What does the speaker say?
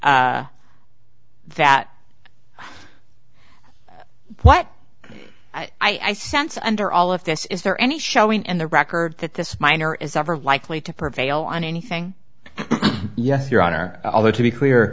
and that what i sense under all of this is there any showing in the record that this minor is ever likely to prevail on anything yes your honor although to be clear